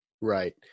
Right